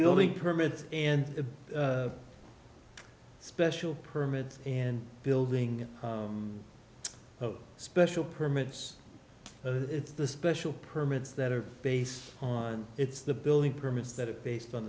building permits and a special permit and building special permits it's the special permits that are based on it's the building permits that are based on